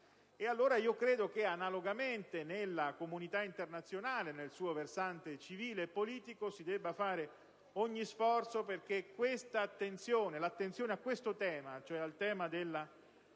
la pace. Credo che analogamente, nella comunità internazionale, nel suo versante civile e politico, si debba fare ogni sforzo perché l'attenzione ai temi della